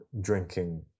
drinking